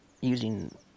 using